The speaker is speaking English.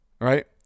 Right